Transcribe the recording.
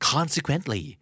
Consequently